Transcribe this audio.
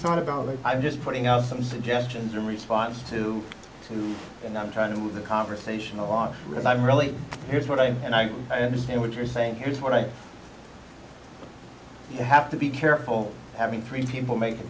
thought about it i'm just putting out some suggestions in response to too and i'm trying to move the conversation along with i'm really here's what i am and i understand what you're saying here is what i have to be careful having three people make a